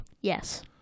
Yes